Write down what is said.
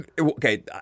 okay